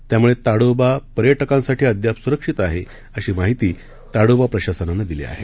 त्यामुळेताडोबापर्यटकांसाठीअद्यापसुरक्षीतआहे अशीमाहितीताडोबाप्रशासनानंदिलीआहे